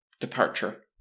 departure